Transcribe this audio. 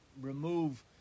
remove